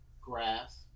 grass